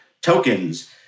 tokens